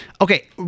Okay